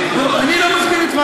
אני לא מסכים איתך,